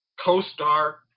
co-star